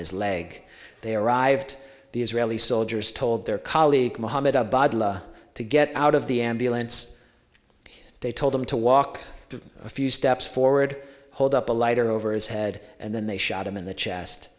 his leg they arrived the israeli soldiers told their colleague mohammed to get out of the ambulance they told him to walk a few steps forward hold up a lighter over his head and then they shot him in the chest